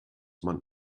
man